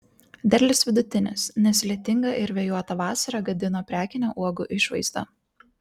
derlius vidutinis nes lietinga ir vėjuota vasara gadino prekinę uogų išvaizdą